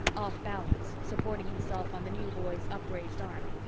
off balance, supporting himself on the new boy's upraised arm.